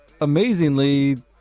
amazingly